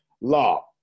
Law